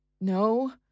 No